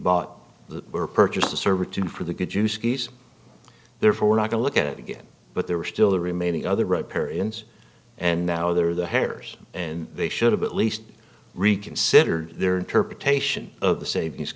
bought the were purchased to server two for the good you skis therefore we're not going to look at it again but there were still the remaining other repair ins and now they're the hairs and they should have at least reconsider their interpretation of the savings